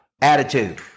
attitude